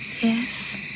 yes